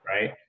Right